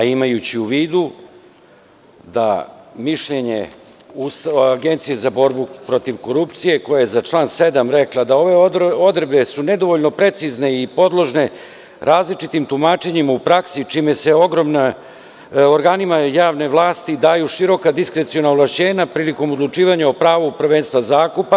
Imajući u vidu da mišljenje Agencije za borbu protiv korupcije koja je za član 7. rekla da su ove odredbe nedovoljno precizne i podložne različitim tumačenjima u praksi čime se organima javne vlasti daju široka diskreciona ovlašćenja prilikom odlučivanja o pravu prvenstva zakupa.